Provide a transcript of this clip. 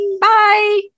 Bye